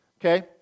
Okay